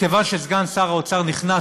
מכיוון שסגן שר האוצר נכנס,